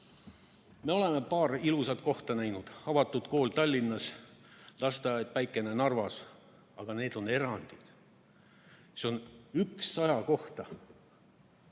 Me oleme paari ilusat kohta näinud: avatud kool Tallinnas, lasteaed Päikene Narvas. Aga need on erandid. See on üks saja kohta!